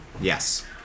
Yes